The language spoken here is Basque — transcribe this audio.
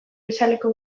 bezalako